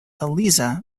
eliza